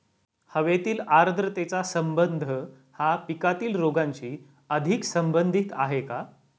हवेतील आर्द्रतेचा संबंध हा पिकातील रोगांशी अधिक संबंधित आहे का?